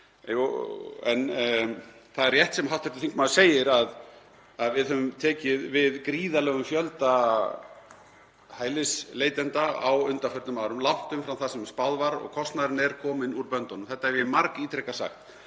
En það er rétt sem hv. þingmaður segir að við höfum tekið við gríðarlegum fjölda hælisleitenda á undanförnum árum, langt umfram það sem spáð var og kostnaðurinn er kominn úr böndunum. Þetta hef ég margítrekað sagt,